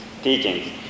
teachings